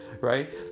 right